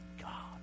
God